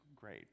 great